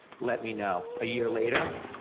let me know. a year later,